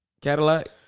Cadillac